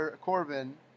Corbin